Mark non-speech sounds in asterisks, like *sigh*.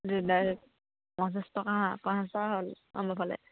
*unintelligible* direct পঞ্চাছ টকা *unintelligible* হ'ল *unintelligible*